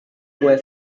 kue